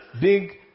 big